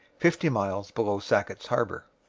fifty miles below sackett's harbour.